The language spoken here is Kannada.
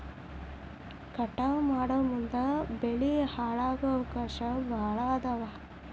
ಕಟಾವ ಮಾಡುಮುಂದ ಬೆಳಿ ಹಾಳಾಗು ಅವಕಾಶಾ ಭಾಳ ಅದಾವ